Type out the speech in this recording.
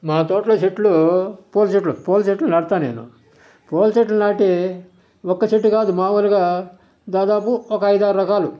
మా తోట్లో చెట్లు పూల చెట్లు పూల చెట్లు నాటుతా నేను పూల చెట్లు నాటి ఒక్క చెట్టు కాదు మాములుగా దాదాపు ఒక ఐదారు రకాలు